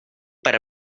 per